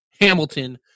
hamilton